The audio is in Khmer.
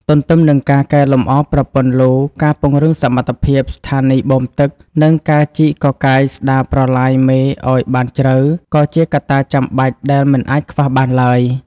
ទន្ទឹមនឹងការកែលម្អប្រព័ន្ធលូ ការពង្រឹងសមត្ថភាពស្ថានីយបូមទឹក និងការជីកកកាយស្តារប្រឡាយមេឱ្យបានជ្រៅ ក៏ជាកត្តាចាំបាច់ដែលមិនអាចខ្វះបានឡើយ។